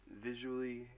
visually